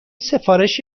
سفارش